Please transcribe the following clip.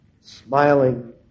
smiling